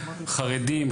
חרדים,